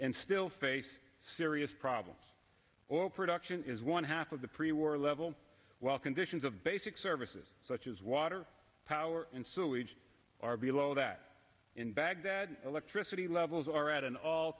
and still face serious problems or production is one half of the pre war level while conditions of basic services such as water power and sewage are below that in baghdad electricity levels are at an all